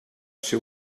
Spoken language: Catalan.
ser